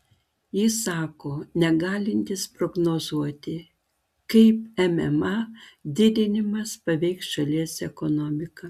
jis sako negalintis prognozuoti kaip mma didinimas paveiks šalies ekonomiką